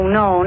no